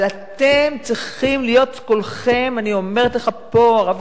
אבל אתם צריכים להיות, קולכם פה.